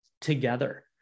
together